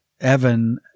Evan